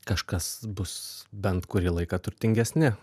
kažkas bus bent kurį laiką turtingesni